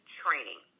training